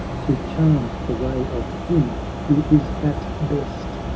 to charm the way of him who is at best,